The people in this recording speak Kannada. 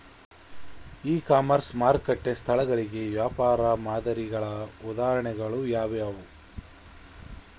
ಇ ಕಾಮರ್ಸ್ ಮಾರುಕಟ್ಟೆ ಸ್ಥಳಗಳಿಗೆ ವ್ಯಾಪಾರ ಮಾದರಿಗಳ ಉದಾಹರಣೆಗಳು ಯಾವುವು?